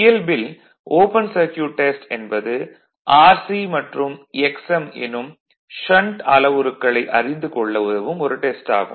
இயல்பில் open circuit test என்பது Rc மற்றும் Xm எனும் ஷன்ட் அளவுருக்களை அறிந்து கொள்ள உதவும் ஒரு டெஸ்ட் ஆகும்